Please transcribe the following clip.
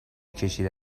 کشیده